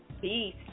Peace